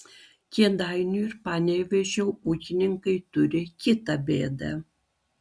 kėdainių ir panevėžio ūkininkai turi kitą bėdą